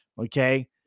Okay